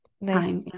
Nice